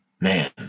man